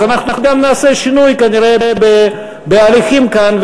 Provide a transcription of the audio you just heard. אז אנחנו גם נעשה שינוי כנראה בהליכים כאן,